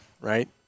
right